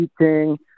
eating